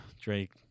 Drake